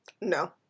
No